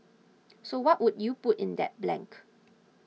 so what would you put in that blank